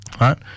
Right